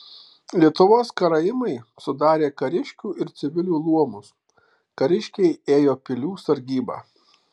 lietuvos karaimai sudarė kariškių ir civilių luomus kariškiai ėjo pilių sargybą